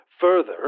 Further